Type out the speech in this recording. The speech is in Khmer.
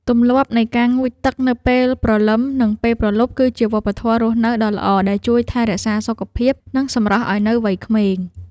ទម្លាប់នៃការងូតទឹកនៅពេលព្រលឹមនិងពេលព្រលប់គឺជាវប្បធម៌រស់នៅដ៏ល្អដែលជួយថែរក្សាសុខភាពនិងសម្រស់ឱ្យនៅក្មេងវ័យ។